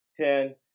Ten